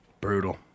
Brutal